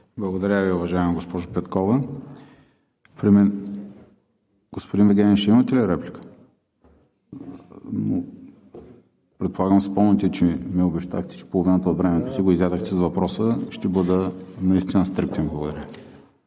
Благодаря Ви, уважаема госпожо Петкова. Господин Вигенин, ще имате ли реплика? Предполагам си спомняте, че ми обещахте, че половината от времето си изядохте с въпроса? Ще бъда наистина стриктен. Благодаря.